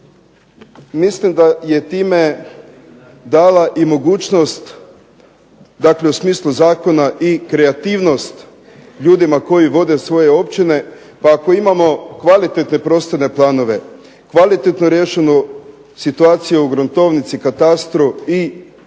mislim da je time dala i mogućnost dakle u smislu zakona i kreativnost ljudima koji vode svoje općine, pa ako imamo kvalitetne prostorne planove, kvalitetno riješenu situaciju u gruntovnici, katastru, i